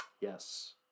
Yes